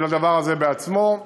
של הדבר הזה בעצמו.